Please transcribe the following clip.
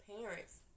parents